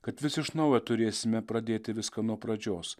kad vis iš naujo turėsime pradėti viską nuo pradžios